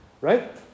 Right